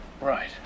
Right